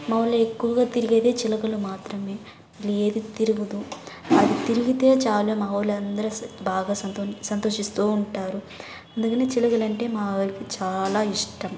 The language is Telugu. మా ఊళ్ళో ఎక్కువగా తిరిగేది చిలకలు మాత్రమే ఏదీ తిరుగదు అది తిరిగితే చాలు మా వాళ్ళందరు బాగా సంతోషి సంతోషిస్తు ఉంటారు అందుకనే చిలుకలంటే మాకి చాలా ఇష్టం